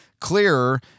clearer